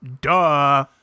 Duh